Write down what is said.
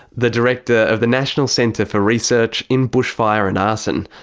the director of the national centre for research in bushfire and arson.